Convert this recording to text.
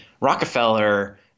Rockefeller